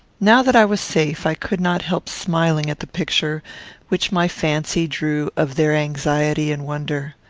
now that i was safe i could not help smiling at the picture which my fancy drew of their anxiety and wonder.